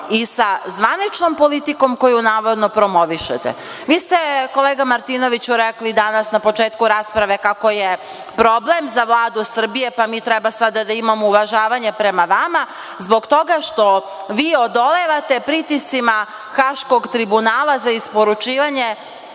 i sa zvaničnom politikom koju navodno promovišete? Vi ste, kolega Martinoviću, rekli danas na početku rasprave kako je problem za Vladu Srbije, pa mi treba sada da imamo uvažavanje prema vama zbog toga što vi odolevate pritiscima Haškog tribunala za isporučivanje